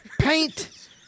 paint